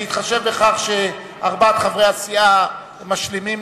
בהתחשב בכך שארבעת חברי הסיעה משלימים